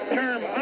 term